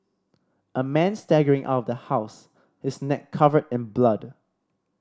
a man staggering out of the house his neck covered in blood